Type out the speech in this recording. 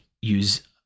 use